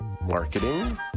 marketing